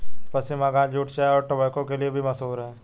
पश्चिम Bangal jute चाय और tobacco के लिए भी मशहूर है